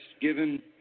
given